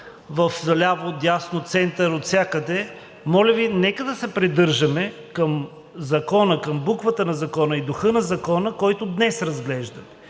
в ляво, дясно, център, отвсякъде, моля Ви, нека да се придържаме към закона, към буквата на закона и духа на закона, който днес разглеждаме.